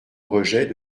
rejet